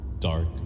Dark